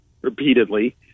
repeatedly